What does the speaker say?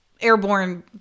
airborne